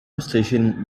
station